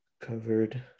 covered